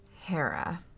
Hera